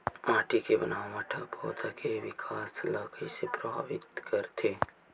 माटी के बनावट हा पौधा के विकास ला कइसे प्रभावित करथे?